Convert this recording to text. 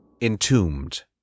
Entombed